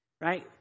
right